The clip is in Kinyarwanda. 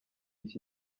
iki